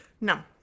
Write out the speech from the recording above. no